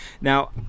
Now